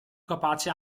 capace